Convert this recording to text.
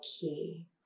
key